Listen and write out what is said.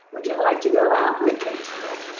would you like to go out with me tonight?